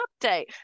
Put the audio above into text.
update